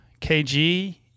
KG